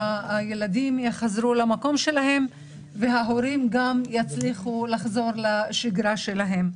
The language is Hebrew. שהילדים לא יחזרו למקום שלהם וההורים לא יצליחו לחזור לשגרה שלהם.